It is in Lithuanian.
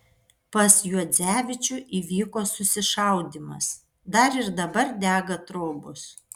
pas juodzevičių įvyko susišaudymas dar ir dabar dega trobos